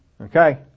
Okay